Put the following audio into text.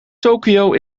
tokio